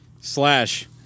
Slash